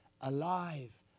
alive